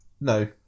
No